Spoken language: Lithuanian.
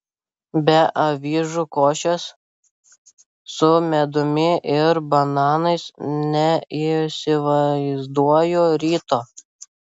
be avižų košės su medumi ir bananais neįsivaizduoju ryto